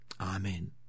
Amen